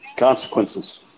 consequences